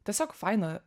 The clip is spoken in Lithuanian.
tiesiog faina